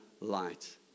light